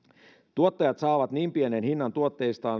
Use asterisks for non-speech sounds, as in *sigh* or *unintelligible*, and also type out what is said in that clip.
tuottajat saavat niin pienen hinnan tuotteistaan *unintelligible*